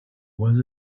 was